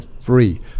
free